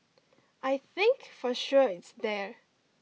I think for sure it's there